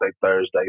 Thursday